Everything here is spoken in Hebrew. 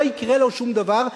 לא יקרה לו שום דבר,